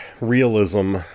realism